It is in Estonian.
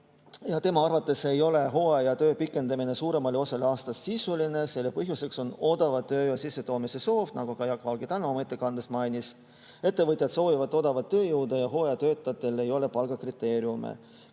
Tema arvates ei ole hooajatöö pikendamine suuremale osale aastast sisuline, selle põhjuseks on odava tööjõu sissetoomise soov, nagu Jaak Valge ka täna oma ettekandes mainis. Ettevõtjad soovivad odavat tööjõudu ja hooajatöötajatele ei ole [kehtestatud]